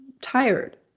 tired